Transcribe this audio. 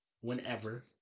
whenever